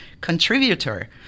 contributor